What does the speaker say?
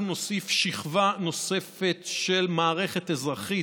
אנחנו נוסיף שכבה נוספת של מערכת אזרחית,